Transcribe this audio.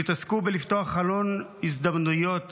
תתעסקו בלפתוח חלון הזדמנויות